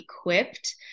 equipped